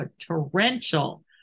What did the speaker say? torrential